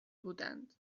بودند